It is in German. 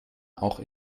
auch